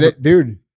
dude